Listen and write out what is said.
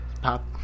Pop